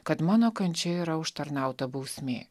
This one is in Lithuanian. kad mano kančia yra užtarnauta bausmė